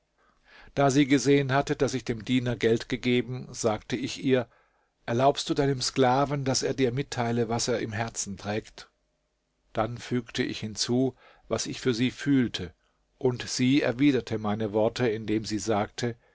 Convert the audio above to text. da sie gesehen hatte daß ich dem diener geld gegeben sagte ich ihr erlaubst du deinem sklaven daß er dir mitteile was er im herzen trägt dann fügte ich hinzu was ich für sie fühlte und sie erwiderte meine worte indem sie sagte